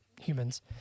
humans